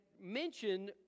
mention